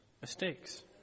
mistakes